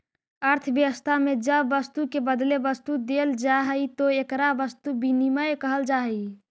अर्थव्यवस्था में जब वस्तु के बदले वस्तु देल जाऽ हई तो एकरा वस्तु विनिमय कहल जा हई